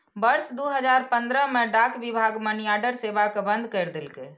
वर्ष दू हजार पंद्रह मे डाक विभाग मनीऑर्डर सेवा कें बंद कैर देलकै